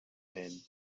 men